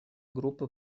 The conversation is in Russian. группы